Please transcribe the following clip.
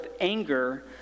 anger